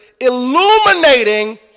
illuminating